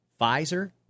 Pfizer